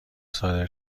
صادر